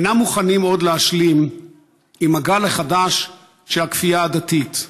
אינם מוכנים עוד להשלים עם הגל החדש של הכפייה הדתית,